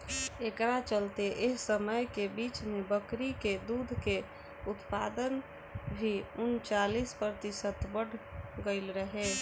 एकरा चलते एह समय के बीच में बकरी के दूध के उत्पादन भी उनचालीस प्रतिशत बड़ गईल रहे